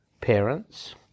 parents